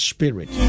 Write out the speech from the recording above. Spirit